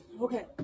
Okay